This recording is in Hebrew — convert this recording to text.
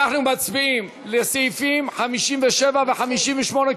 אנחנו מצביעים על סעיפים 57 ו-58,